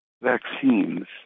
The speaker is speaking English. vaccines